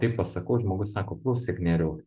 taip pasakau žmogus sako klausyk nerijau